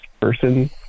person